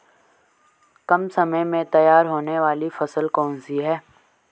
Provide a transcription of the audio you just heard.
कम समय में तैयार होने वाली फसल कौन सी है?